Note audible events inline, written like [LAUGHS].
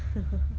[LAUGHS]